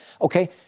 Okay